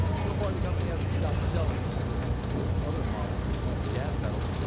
so far the company hasn't stopped selling them, as it has eight other models with faulty gas pedals.